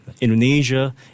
Indonesia